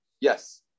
Yes